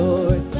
Lord